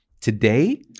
Today